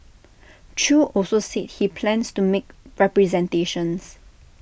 chew also said he plans to make representations